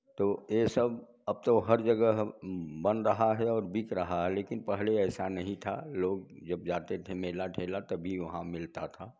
तो ये सब अब तो हर जगह बन रहा है और बिक रहा है लेकिन पहले ऐसा नहीं था लोग जब जाते थे मेला ठेला तभी वहाँ मिलता था